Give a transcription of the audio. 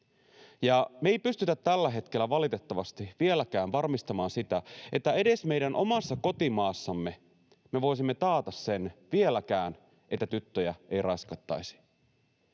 ja me ei pystytä tällä hetkellä valitettavasti vieläkään varmistamaan sitä, että edes meidän omassa kotimaassamme me voisimme taata sen — vieläkään — että tyttöjä ei raiskattaisi.